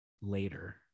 later